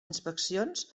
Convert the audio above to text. inspeccions